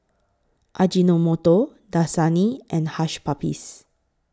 Ajinomoto Dasani and Hush Puppies